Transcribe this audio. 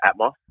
Atmos